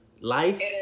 Life